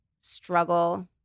struggle